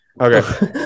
Okay